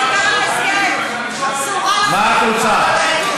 מה את רוצה?